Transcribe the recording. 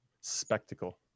Spectacle